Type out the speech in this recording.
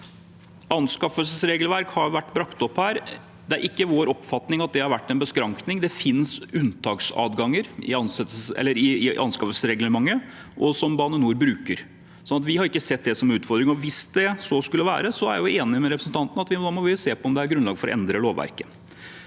Anskaffelsesregelverk har vært tatt opp her. Det er ikke vår oppfatning at det har vært en beskrankning. Det finnes unntaksadganger i anskaffelsesreglementet som Bane NOR bruker, så vi har ikke sett det som en utfordring. Hvis så skulle være tilfellet, er jeg enig med representanten Hagen i at vi må se på om det er grunnlag for å endre lovverket.